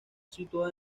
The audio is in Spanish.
situado